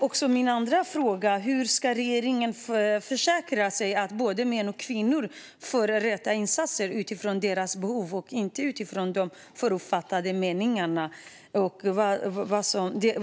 Dessutom: Hur ska regeringen försäkra sig om att både män och kvinnor får rätt insatser utifrån sina behov och inte utifrån förutfattade meningar?